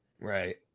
Right